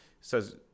says